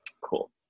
cool